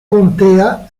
contea